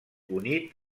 unit